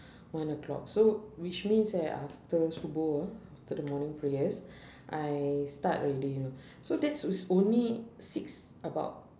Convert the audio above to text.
one o'clock so which means that after subuh after the morning prayers I start already you know so that is only six about